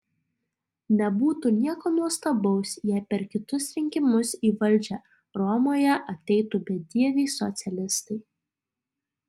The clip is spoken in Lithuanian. nebūtų nieko nuostabaus jei per kitus rinkimus į valdžią romoje ateitų bedieviai socialistai